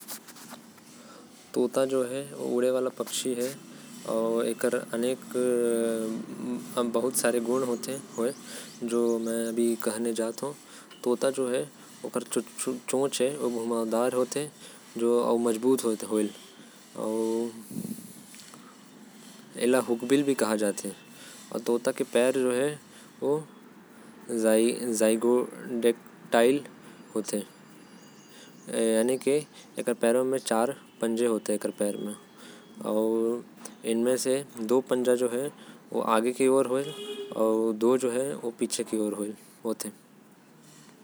तोता एक उड़े वाला पक्षी हवे। जेकर विशेषता हवे। एकर चोंच नुकीला होथे। और मजबूत होथे। तोता के चार पंजा होथे। जेकर दो पंजा आगे कती होथे। और दो पीछे कती होथे।